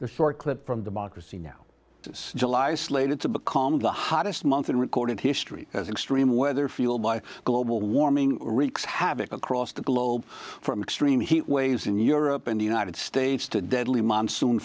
the short clip from democracy now july is slated to become the hottest month in recorded history as extreme weather fueled by global warming wreaks havoc across the globe from extreme heat waves in europe and the united states to deadly monsoon